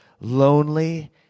lonely